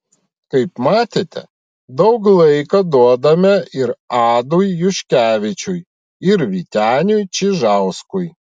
kaip matėte daug laiko duodame ir adui juškevičiui ir vyteniui čižauskui